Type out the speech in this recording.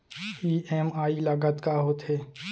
EMI लागत का होथे?